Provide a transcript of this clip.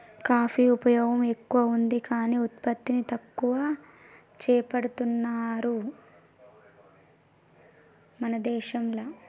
coffee ఉపయోగం ఎక్కువగా వుంది కాఫీ ఉత్పత్తిని ఎక్కువ చేపడుతున్నారు మన దేశంల